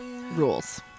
rules